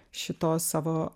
šitos savo